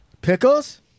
Pickles